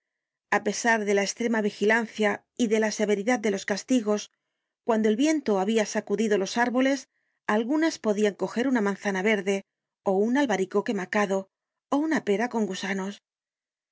a pesar de la estremada vigilancia y de la severidad de los castigos cuando el viento habia sacudido los árboles algunas podian coger una manzana verde ó un albaricoque macado ó una pera con gusanos